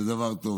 זה דבר טוב.